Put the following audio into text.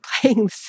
playing